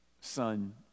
son